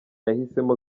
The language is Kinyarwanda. yahisemo